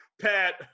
pat